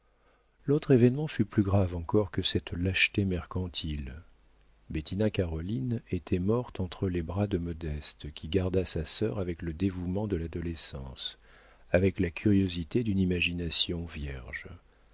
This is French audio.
l'autre événement fut plus grave encore que cette lâcheté mercantile bettina caroline était morte entre les bras de modeste qui garda sa sœur avec le dévouement de l'adolescence avec la curiosité d'une imagination vierge